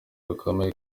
bikomeye